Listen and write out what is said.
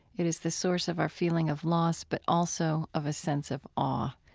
it is the source of our feeling of loss, but also of a sense of awe.